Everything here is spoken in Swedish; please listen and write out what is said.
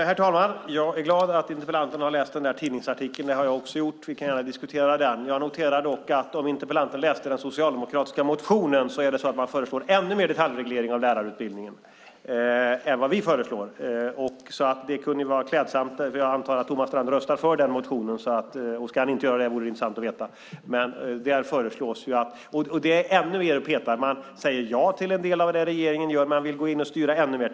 Herr talman! Jag är glad att interpellanten har läst den där tidningsartikeln. Det har jag också gjort. Vi kan gärna diskutera den. Jag noterar dock att om interpellanten hade läst den socialdemokratiska motionen hade han sett att man där föreslår ännu mer detaljreglering av lärarutbildningen än vad vi gör. Jag antar att Thomas Strand röstar för den motionen, och om han inte gör det vore det intressant att veta det. Det är ännu mer att peta i detaljerna. Man säger ja till en del av det regeringen gör. Man vill gå in och styra ännu mer.